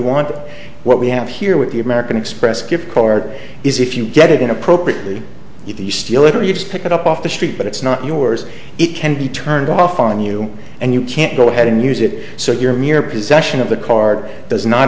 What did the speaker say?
wanted what we have here with the american express gift card is if you get it in appropriately if you steal it or you just pick it up off the street but it's not yours it can be turned off on you and you can't go ahead and use it so your mere possession of the card does not